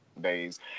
days